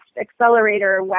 accelerator